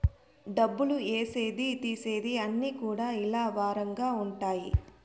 డబ్బులు ఏసేది తీసేది అన్ని కూడా ఇలా వారంగా ఉంటాయి